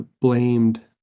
blamed